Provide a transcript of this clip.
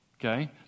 okay